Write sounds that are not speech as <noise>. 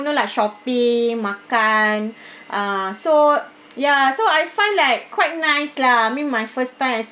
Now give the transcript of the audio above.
you know like shopping makan <breath> ah so ya so I find like quite nice lah I mean my first time